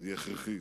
היא הכרחית.